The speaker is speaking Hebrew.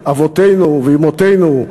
אבותינו ואימותינו,